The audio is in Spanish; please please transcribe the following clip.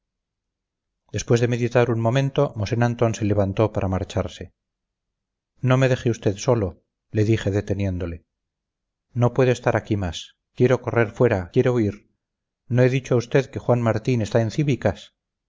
después de meditar un momento mosén antón se levantó para marcharse no me deje usted solo le dije deteniéndole no puedo estar aquí más quiero correr fuera quiero huir no he dicho a usted que juan martín está en cíbicas